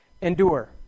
endure